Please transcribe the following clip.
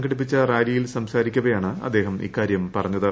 സംഘടിപ്പിച്ച റാലിയിൽ സംസാരിക്കവെയാണ് അദ്ദേഹം ഇക്കാര്യം പറഞ്ഞത്